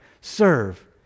Serve